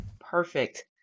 perfect